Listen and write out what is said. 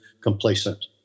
complacent